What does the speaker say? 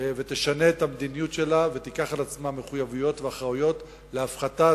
תשנה את המדיניות שלה ותיקח על עצמה מחויבויות ואחריות להפחתת